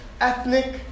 ethnic